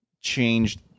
changed